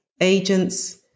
agents